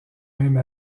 même